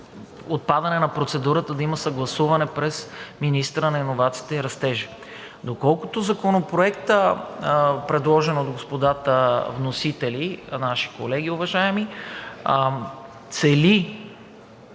отпадането на процедурата да има съгласуване през министъра на иновациите и растежа. Доколкото Законопроектът, предложен от господата вносители, наши уважаеми колеги, цели